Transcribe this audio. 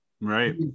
Right